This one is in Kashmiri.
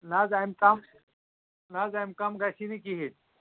نہ حظ اَمہِ کَم نہ حظ اَمہِ کَم گژھی نہٕ کِہیٖنۍ